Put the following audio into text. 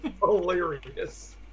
hilarious